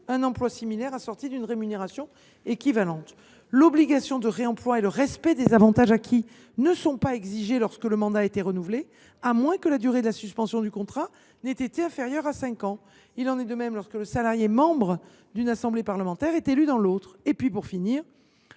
un emploi similaire, assorti d’une rémunération équivalente. L’obligation de réemploi et le respect des avantages acquis ne sont pas exigés lorsque le mandat a été renouvelé, à moins que la durée de la suspension du contrat ait été inférieure à cinq ans. Il en est de même lorsqu’un salarié membre d’une assemblée parlementaire est élu dans l’autre. Le régime juridique